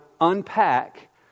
unpack